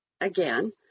Again